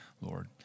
Lord